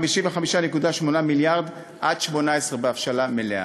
ל-55.8 מיליארד עד 2018 בהבשלה מלאה.